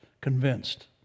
convinced